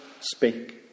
speak